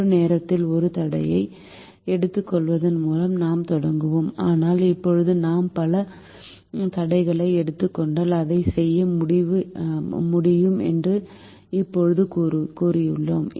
ஒரு நேரத்தில் ஒரு தடையை எடுத்துக்கொள்வதன் மூலம் நாம் தொடங்கினோம் ஆனால் இப்போது நாம் பல தடைகளை எடுத்துக் கொண்டால் அதையே செய்ய முடியும் என்று இப்போது கூறியுள்ளோம்